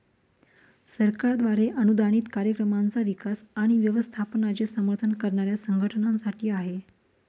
सरकारद्वारे अनुदानित कार्यक्रमांचा विकास आणि व्यवस्थापनाचे समर्थन करणाऱ्या संघटनांसाठी आहे